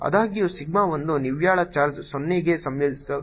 ಆದಾಗ್ಯೂ ಸಿಗ್ಮಾ 1 ನಿವ್ವಳ ಚಾರ್ಜ್ 0 ಗೆ ಸಂಯೋಜನೆಗೊಳ್ಳುತ್ತದೆ